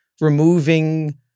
removing